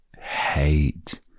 hate